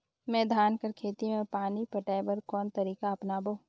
मैं धान कर खेती म पानी पटाय बर कोन तरीका अपनावो?